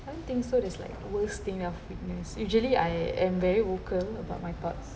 I don't think so there's like worst thing I've witnessed usually I am very vocal about my thoughts